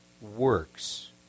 works